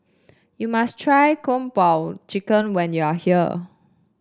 you must try Kung Po Chicken when you are here